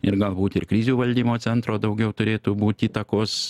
ir galbūt ir krizių valdymo centro daugiau turėtų būti įtakos